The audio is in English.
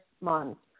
months